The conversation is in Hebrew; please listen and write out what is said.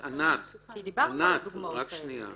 דיברנו על הדוגמאות האלה,